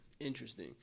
interesting